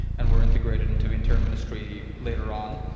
and were integrated into the interior ministry later on.